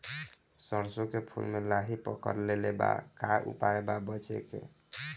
सरसों के फूल मे लाहि पकड़ ले ले बा का उपाय बा बचेके?